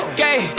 gay